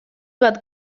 bat